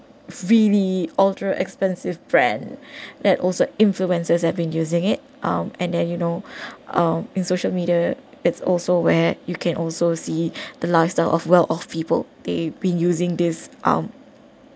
vivy ultra expensive brand that also influencers that been using it out and then you know uh in social media it's also where you can also see the lifestyle of well of people they been using this um